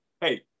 hey